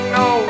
no